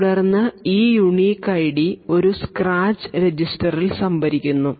തുടർന്ന് ഈ unique ID ഒരു സ്ക്രാച്ച് രജിസ്റ്ററിൽ സംഭരിക്കുന്നു